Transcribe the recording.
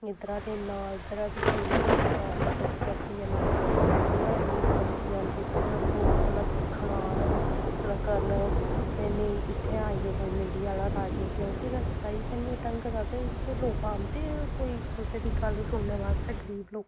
इद्धरा दे ना इद्धरा दी कोई सरकार मदद करदी ऐ ना ग'लियां इन्नियां गंदियां न जिद्धर लोग भला दिक्खन आन भला करन ते नेईं इत्थै आइयै कोई मीडिया आह्ला राजी क्योंकि रस्ता गै हैन्नी ढंग दा ते इत्थै लोक औंदे कोई कुसै दी गल्ल सुनने बास्तै गरीब लोक